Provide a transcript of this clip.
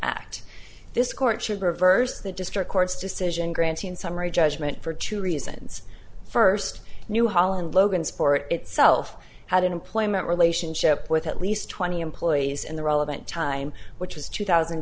act this court should reverse the district court's decision granting summary judgment for two reasons first new holland logansport itself had an employment relationship with at least twenty employees in the relevant time which was two thousand